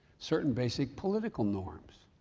certain basic political norms.